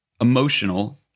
emotional